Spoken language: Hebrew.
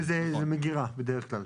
זה מגירה, בדרך כלל.